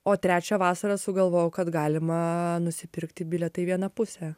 o trečią vasarą sugalvojau kad galima nusipirkti bilietą į vieną pusę